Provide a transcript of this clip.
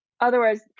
Otherwise